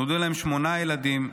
נולדו להם שמונה ילדים,